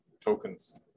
tokens